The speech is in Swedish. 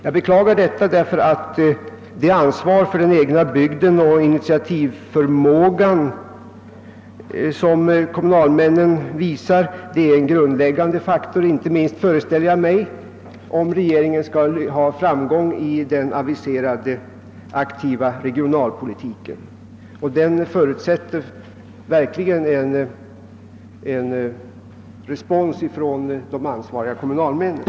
Jag beklagar detta, eftersom det ansvar för den egna bygden och den initiativförmåga som kommunalmännen visar är en grundläggande faktor — inte minst föreställer jag mig, om regeringen skall ha framgång med sin aviserade aktiva regionalpolitik. Den förutsätter verkligen respons hos de ansvariga kommunalmännen.